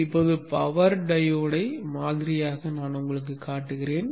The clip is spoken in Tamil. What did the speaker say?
இப்போது பவர் டையோடை மாதிரியாகக் காட்டுகிறேன்